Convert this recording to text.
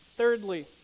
Thirdly